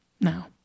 now